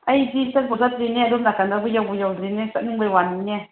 ꯑꯩꯗꯤ ꯆꯠꯄꯨ ꯆꯠꯇ꯭ꯔꯤꯅꯦ ꯑꯗꯣꯝ ꯅꯥꯀꯟꯗꯕꯨ ꯌꯧꯕꯨ ꯌꯧꯗ꯭ꯔꯤꯅꯦ ꯆꯠꯅꯤꯡꯕꯒꯤ ꯋꯥꯅꯤꯅꯦ